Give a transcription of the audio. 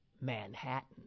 Manhattan